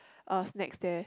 uh snacks there